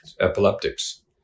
epileptics